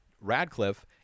radcliffe